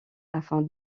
afin